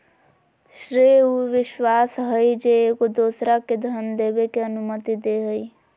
श्रेय उ विश्वास हइ जे एगो दोसरा के धन देबे के अनुमति दे हइ